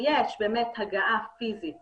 ויש הגעה פיזית